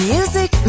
Music